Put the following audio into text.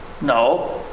No